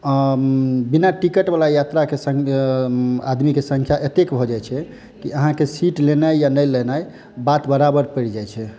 बिना टिकट वाला यात्राक संग आदमीक संख्या एतेक भऽ जाइ छै की अहाँक सीट लेनाई या नहि लेनाई बात बराबर परि जाइ छै